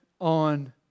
on